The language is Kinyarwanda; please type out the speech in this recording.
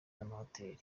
n’amahoteli